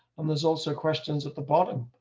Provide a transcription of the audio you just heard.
and there's also questions at the bottom,